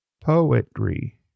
poetry